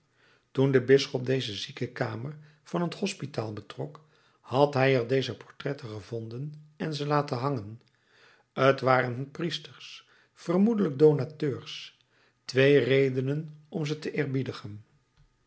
toen de bisschop deze ziekenkamer van het hospitaal betrok had hij er deze portretten gevonden en ze laten hangen t waren priesters vermoedelijk donateurs twee redenen om ze te eerbiedigen